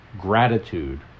gratitude